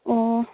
ꯑꯣ